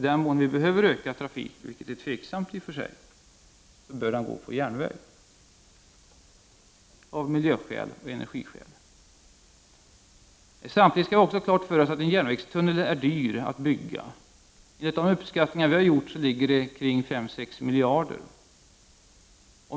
I den mån vi behöver ökad trafik, vilket är tveksamt i och för sig, bör den gå på järnväg, av miljöskäl och energiskäl. Samtidigt skall vi ha klart för oss att en järnvägstunnel är dyr att bygga. Enligt de beräkningar vi har gjort ligger kostnaden kring 5-6 miljarder.